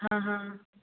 ਹਾਂ ਹਾਂ